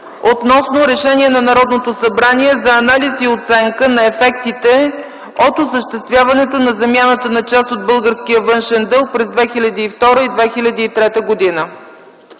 относно Решение на Народното събрание за анализ и оценка на ефектите от осъществяването на замяната на част от българския външен дълг през 2002 и 2003 г.